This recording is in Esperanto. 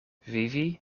vivi